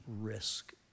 risk